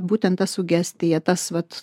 būtent ta sugestija tas vat